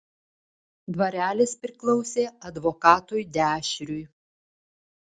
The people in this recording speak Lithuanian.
dvarelis priklausė advokatui dešriui